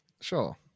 Sure